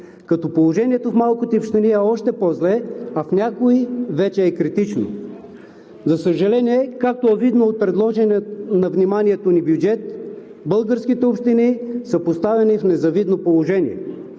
като положението е още по-зле, а в някои вече е критично. За съжаление, както е видно от предложения на вниманието ни бюджет, българските общини са поставени в незавидно положение.